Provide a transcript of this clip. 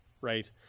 right